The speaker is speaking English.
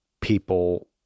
people